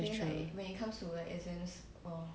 that's true